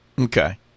Okay